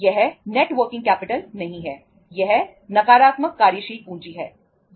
यह net working capital से अधिक हैं